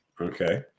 Okay